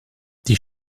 die